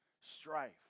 strife